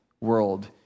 world